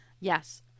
yes